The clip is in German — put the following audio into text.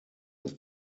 aus